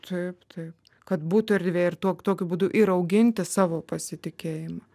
taip taip kad būtų erdvė ir tuo tokiu būdu ir auginti savo pasitikėjimą